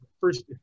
First